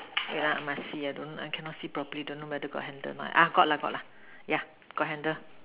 wait lah I must see I don't I cannot see properly don't know whether got handle not uh got lah got lah yeah got handle